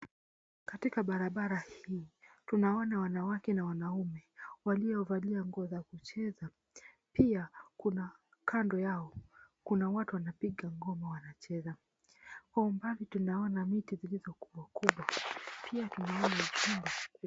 Katika barabara hii tunaona wanawake na wanaume waliovalia nguo za kucheza. Pia kuna kando yao kuna watu wanapiga ngoma wanacheza. Kwa umbali tunaona miti zilizokuwa kubwa. Pia tunaona...